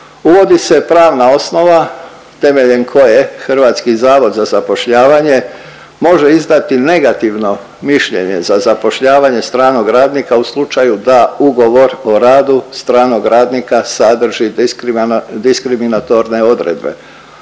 Uvodi se pravna osnova temeljem koje HZZ može izdati negativno mišljenje za zapošljavanje stranog radnika u slučaju da ugovor o radu stranog radnika sadrži diskriminatorne odredbe.